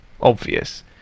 obvious